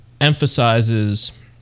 emphasizes